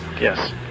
Yes